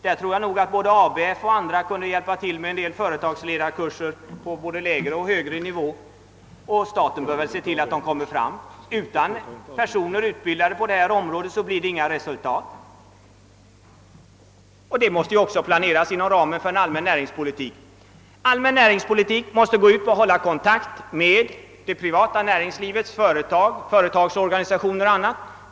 Jag tror att ABF och andra bildningsorganisationer kunde hjälpa till med företagsledarkurser på både lägre och högre nivå, och staten bör väl se till att sådana igångsättes. Utan utbildade personer på detta område blir det inga resultat. Problemet att få fram fler och bättre företagsledare måste också behandlas inom ramen för en allmän näringspolitik. Allmän näringspolitik måste gå ut på att hålla kontakt med det privata näringslivets företag och företagsorganisationer.